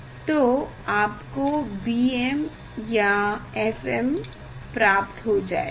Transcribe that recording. तो आपको bm या fm प्राप्त हो जाएगा